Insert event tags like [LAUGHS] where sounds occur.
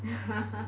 [LAUGHS]